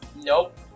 Nope